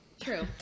True